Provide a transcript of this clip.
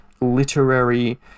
literary